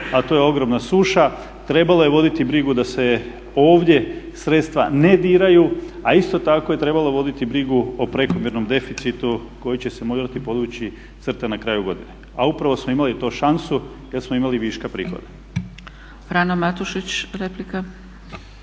a to je ogromna suša trebalo je voditi brigu da se ovdje sredstva ne diraju, a isto tako je trebalo voditi brigu o prekomjernom deficitu koji će se morati podvući crta na kraju godine. A upravo smo imali to šansu jer smo imali viška prihoda.